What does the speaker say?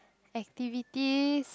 activities